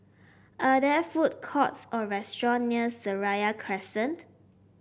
are there food courts or restaurant near Seraya Crescent